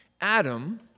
Adam